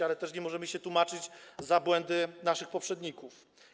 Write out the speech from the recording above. Ale też nie możemy się tłumaczyć z błędów naszych poprzedników.